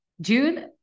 June